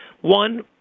One